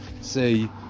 Say